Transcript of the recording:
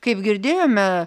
kaip girdėjome